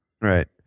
right